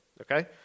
okay